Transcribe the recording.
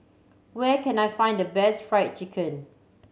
where can I find the best Fried Chicken